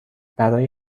برای